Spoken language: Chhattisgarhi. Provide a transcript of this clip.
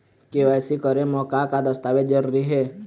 के.वाई.सी करे म का का दस्तावेज जरूरी हे?